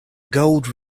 gold